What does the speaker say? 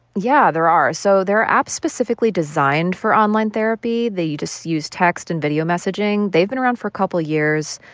yeah, there are. so there are apps specifically designed for online therapy that you just use text and video messaging. they've been around for a couple of years,